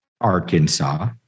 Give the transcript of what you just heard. Arkansas